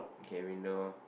okay window